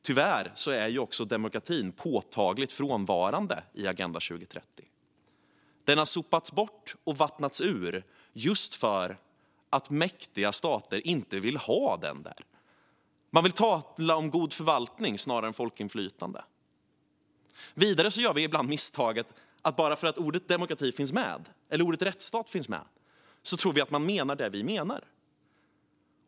Tyvärr är demokratin påtagligt frånvarande i Agenda 2030. Den har sopats bort och vattnats ur just för att mäktiga stater inte vill ha den där. Man vill tala om god förvaltning snarare än folkinflytande. Vidare gör vi ibland misstaget att bara för att ordet demokrati eller ordet rättsstat finns med tror vi att man menar det som vi menar.